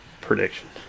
prediction